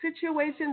situations